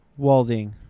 Walding